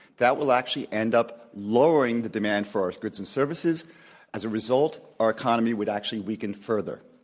that will actually end up lowering the demand for our goods and services as a result, our economy would actually weaken further.